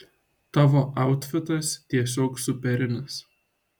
tavo autfitas tiesiog superinis